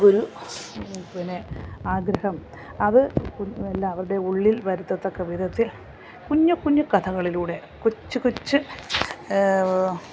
ഒരു പിന്നെ ആഗ്രഹം അത് എല്ലാവരുടെയും ഉള്ളിൽ വരത്തക്ക വിധത്തിൽ കുഞ്ഞുക്കുഞ്ഞു കഥകളിലൂടെ കൊച്ചു കൊച്ച്